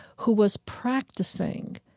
who was practicing.